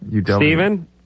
Stephen